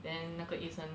then 那个医生